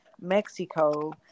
mexico